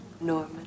Norman